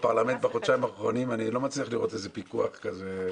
-- בפרלמנט בחודשיים האחרונים ואני לא מצליח לראות איזה פיקוח כזה.